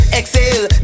exhale